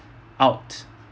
out